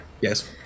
Yes